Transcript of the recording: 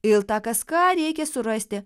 il tą kaską reikia surasti